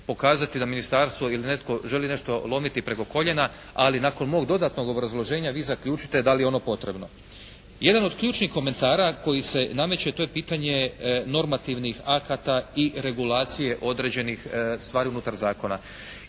pokazati da ministarstvo ili netko želi nešto lomiti preko koljenja. Ali nakon mog dodatnog obrazloženja vi zaključite da li je ono potrebno. Jedno od ključnih komentara koji se nameće to je pitanje normativnih akata i regulacije određenih stvari unutar zakona.